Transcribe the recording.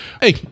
hey